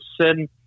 sin